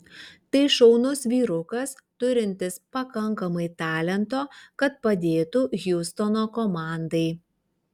tai šaunus vyrukas turintis pakankamai talento kad padėtų hjustono komandai